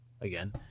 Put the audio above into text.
Again